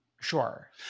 Sure